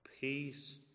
peace